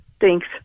Thanks